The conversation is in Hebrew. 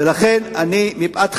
זה צריך ממשלה,